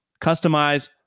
Customize